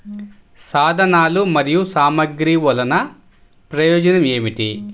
సాధనాలు మరియు సామగ్రి వల్లన ప్రయోజనం ఏమిటీ?